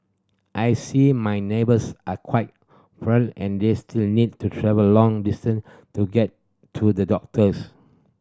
I see my neighbours are quite frail and this still need to travel long distance to get to the doctors